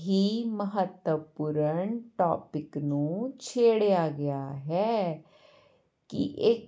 ਹੀ ਮਹੱਤਵਪੂਰਨ ਟੋਪਿਕ ਨੂੰ ਛੇੜਿਆ ਗਿਆ ਹੈ ਕਿ ਇੱਕ